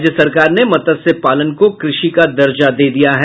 राज्य सरकार ने मत्स्य पालन को कृषि का दर्जा दे दिया है